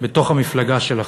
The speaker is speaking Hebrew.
בתוך המפלגה שלכם.